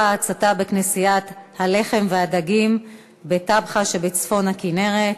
ההצתה בכנסיית הלחם והדגים בטבחה שבצפון הכינרת,